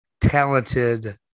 talented